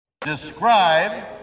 Describe